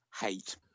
hate